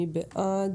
מי בעד?